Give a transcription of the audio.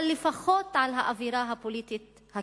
אבל לפחות על האווירה הפוליטית הכללית,